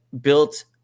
built